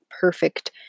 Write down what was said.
perfect